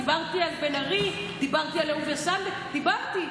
דיברתי על בן ארי, דיברתי על אהוביה סנדק, דיברתי.